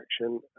action